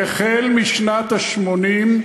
שהשתלטה עלינו.